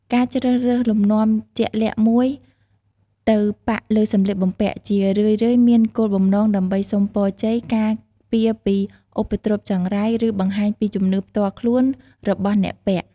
ការជ្រើសរើសលំនាំជាក់លាក់មួយទៅប៉ាក់លើសម្លៀកបំពាក់ ជារឿយៗមានគោលបំណងដើម្បី សុំពរជ័យ ការពារពីឧបទ្រពចង្រៃ ឬ បង្ហាញពីជំនឿផ្ទាល់ខ្លួន របស់អ្នកពាក់។